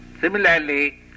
Similarly